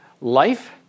life